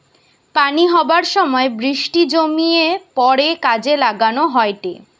পানি হবার সময় বৃষ্টি জমিয়ে পড়ে কাজে লাগান হয়টে